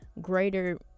greater